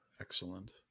excellent